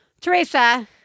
Teresa